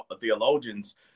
theologians